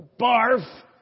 barf